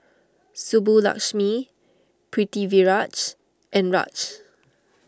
Subbulakshmi Pritiviraj and Raj